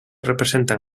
representa